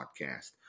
podcast